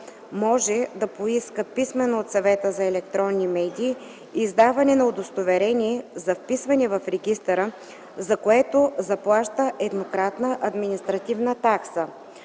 може да поиска писмено от Съвета за електронни медии издаване на удостоверение за вписване в регистъра, за което заплаща еднократна административна такса.